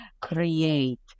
create